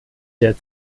der